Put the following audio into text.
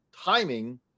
timing